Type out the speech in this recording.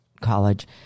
college